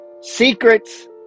secrets